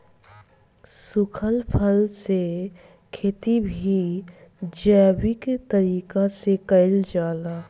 सुखल फल के खेती भी जैविक तरीका से कईल जाला